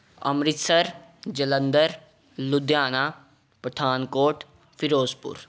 Amritsar Jalandhar Ludhiana Pathankot Firozpur